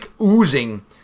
oozing